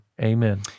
Amen